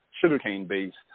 sugarcane-based